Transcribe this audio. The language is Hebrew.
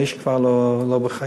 האיש כבר לא בחיים,